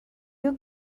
you